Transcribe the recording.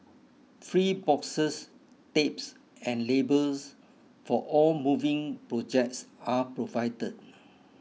free boxes tapes and labels for all moving projects are provided